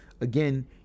again